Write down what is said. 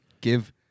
give